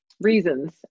reasons